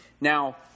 Now